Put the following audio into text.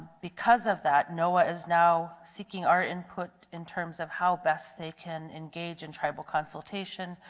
because of that, noaa is now seeking our input in terms of how best they can engage in tribal consultation,